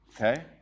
Okay